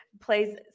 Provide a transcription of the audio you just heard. plays